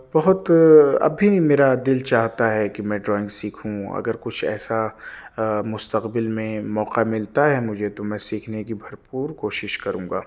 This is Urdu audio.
بہت اب بھی میرا دل چاہتا ہے کہ میں ڈرائنگ سیکھوں اگر کچھ ایسا مستقبل میں موقعہ ملتا ہے مجھے تو میں سیکھنے کی بھرپور کوشش کروں گا